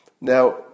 Now